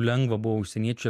lengva buvo užsieniečiu